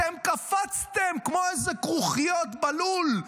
אתם קפצתם כמו איזה כרוכיות בלול,